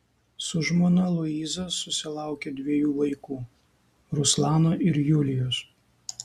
su žmona liuiza susilaukė dviejų vaikų ruslano ir julijos